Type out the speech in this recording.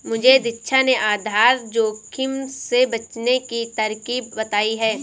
मुझे दीक्षा ने आधार जोखिम से बचने की तरकीब बताई है